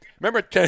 Remember